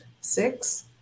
six